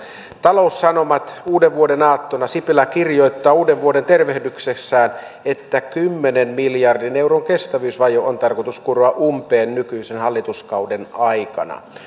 taloussanomat uudenvuodenaattona sipilä kirjoittaa uudenvuodentervehdyksessään että kymmenen miljardin euron kestävyysvaje on tarkoitus kuroa umpeen nykyisen hallituskauden aikana